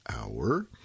Hour